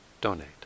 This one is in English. donate